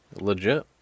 Legit